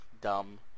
dumb